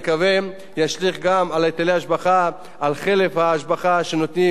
על חלף ההשבחה שנותנים בנושא של תכנון ובנייה.